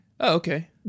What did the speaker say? okay